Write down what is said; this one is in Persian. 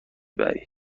بری